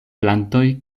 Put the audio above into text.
plantoj